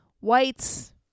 Whites